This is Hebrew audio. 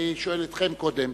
אני רוצה לשאול אתכם קודם,